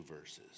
verses